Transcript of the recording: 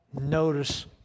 notice